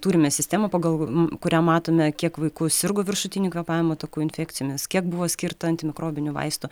turime sistemą pagal kurią matome kiek vaikų sirgo viršutinių kvėpavimo takų infekcijomis kiek buvo skirta antimikrobinių vaistų